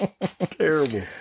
Terrible